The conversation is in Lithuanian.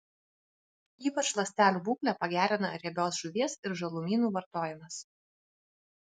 ypač ląstelių būklę pagerina riebios žuvies ir žalumynų vartojimas